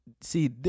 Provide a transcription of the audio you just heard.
see